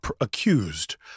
accused